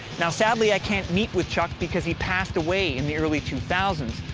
now sadly i can't meet with chuck because he passed away in the early two thousand